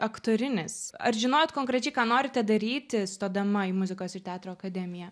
aktorinis ar žinojot konkrečiai ką norite daryti stodama į muzikos ir teatro akademiją